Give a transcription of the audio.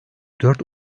dört